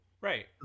Right